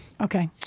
Okay